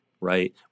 right